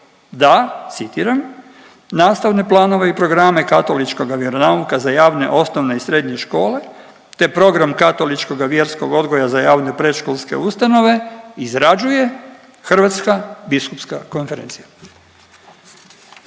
da, citiram, nastavne planove i programe katoličkoga vjeronauka za javne osnovne i srednje škole te program katoličkoga vjerskog odgoja za javne predškolske ustanove izrađuje HBK. Dakle ministar obrazovanja